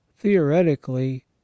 theoretically